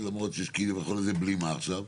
למרות הבלימה שיש עכשיו,